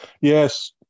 Yes